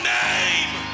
name